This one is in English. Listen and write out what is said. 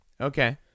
okay